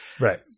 Right